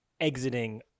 exiting